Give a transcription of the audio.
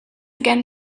again